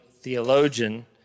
theologian